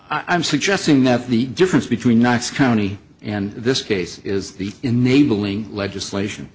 i'm suggesting that the difference between knox county and this case is the enabling legislation